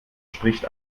spricht